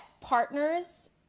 partners